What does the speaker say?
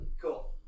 Cool